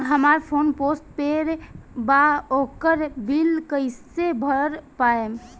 हमार phone postpaid बा ओकर बिल कईसे भर पाएम?